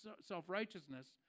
self-righteousness